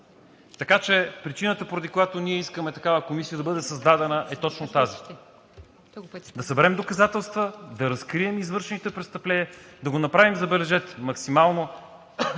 Така че причината, поради която ние искаме такава Комисия да бъде създадена, е точно тази. Да съберем доказателства, да разкрием извършените престъпления, да го направим, забележете, максимално